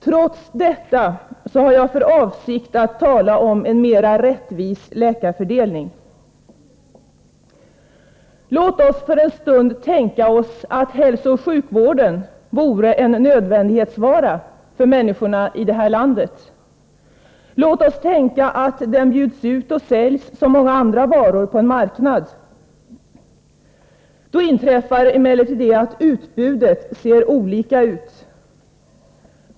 Trots detta har jag för avsikt att tala om en mer rättvis läkarfördelning. Låt oss för en stund tänka oss hälsooch sjukvården som en nödvändighetsvara för människorna i det här landet. Låt oss leka med tanken att den, som många andra varor, bjuds ut och säljs på en marknad. Då inträffar emellertid det att utbudet ser olika ut.